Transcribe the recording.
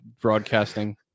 broadcasting